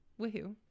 Woohoo